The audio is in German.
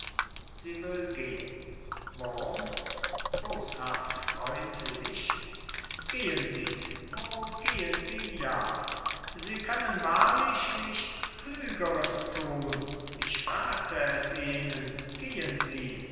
gehen sie o gehen sie ja sie können wahrlich nichts klügeres thun ich rathe es ihnen gehen sie